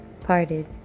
parted